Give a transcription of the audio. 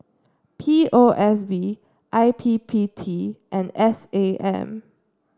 P O S B I P P T and S A M